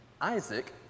Isaac